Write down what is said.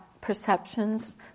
perceptions